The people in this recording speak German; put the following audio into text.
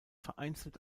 vereinzelt